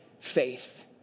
faith